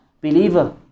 believer